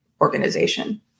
organization